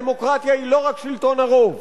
הדמוקרטיה היא לא רק שלטון הרוב